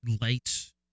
lights